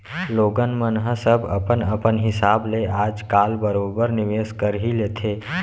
लोगन मन ह सब अपन अपन हिसाब ले आज काल बरोबर निवेस कर ही लेथे